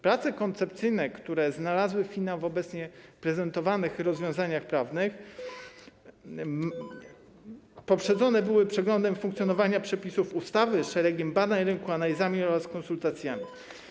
Prace koncepcyjne, które znalazły finał w obecnie prezentowanych rozwiązaniach prawnych, poprzedzone były przeglądem funkcjonowania przepisów ustawy, szeregiem badań rynku, analizami oraz konsultacjami.